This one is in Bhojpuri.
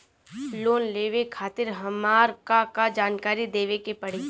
लोन लेवे खातिर हमार का का जानकारी देवे के पड़ी?